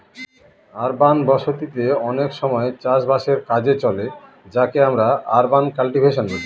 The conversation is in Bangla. আরবান বসতি তে অনেক সময় চাষ বাসের কাজে চলে যাকে আমরা আরবান কাল্টিভেশন বলি